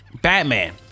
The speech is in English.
Batman